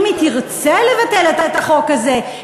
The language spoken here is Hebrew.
אם היא תרצה לבטל את החוק הזה,